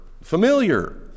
familiar